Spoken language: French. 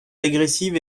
agressive